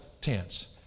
tense